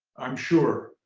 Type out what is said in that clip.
i'm sure,